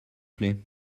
plait